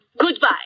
Goodbye